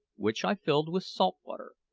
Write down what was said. which i filled with salt water,